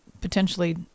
potentially